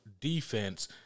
defense